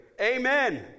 Amen